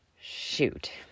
shoot